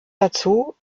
dazu